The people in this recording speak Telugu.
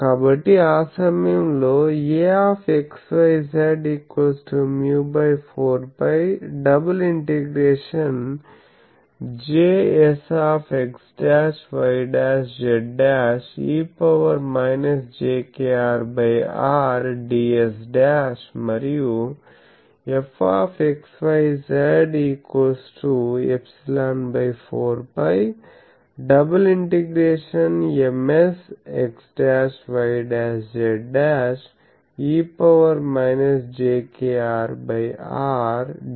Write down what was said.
కాబట్టి ఆ సమయంలో A μ4π ∬Jsx'y'z' e jkR R ds మరియు F ∊4π ∬Msx'y'z' e jkR R ds'